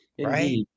Right